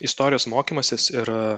istorijos mokymasis ir